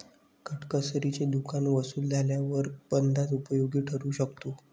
काटकसरीचे दुकान वसूल झाल्यावर अंदाज उपयोगी ठरू शकतो